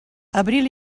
abril